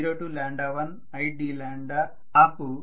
01id నాకు